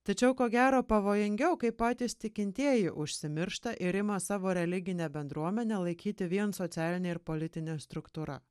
tačiau ko gero pavojingiau kai patys tikintieji užsimiršta ir ima savo religinę bendruomenę laikyti vien socialine ir politine struktūra